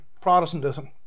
Protestantism